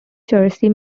jersey